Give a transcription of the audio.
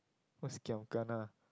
what's giam kana